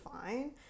fine